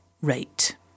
rate